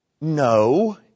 no